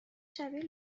شبیه